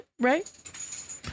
right